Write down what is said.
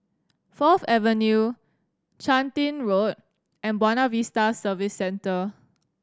Fourth Avenue Chun Tin Road and Buona Vista Service Centre